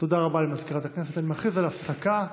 תודה רבה למזכירת הכנסת, אני מכריז על הפסקה.